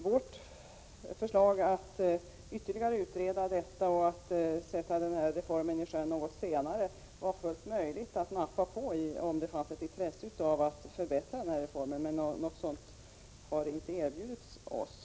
Om det fanns ett intresse av att förbättra denna reform, vore det fullt möjligt att nappa på vårt förslag om att utreda detta ytterligare och sätta reformen i sjön något senare. Något sådant har emellertid inte erbjudits oss.